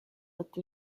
with